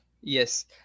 Yes